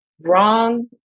wrong